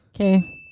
Okay